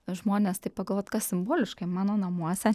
žmones taip pagalvoti kas simboliškai mano namuose